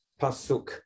Pasuk